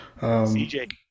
Cj